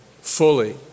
fully